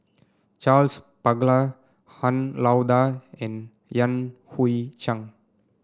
Charles Paglar Han Lao Da and Yan Hui Chang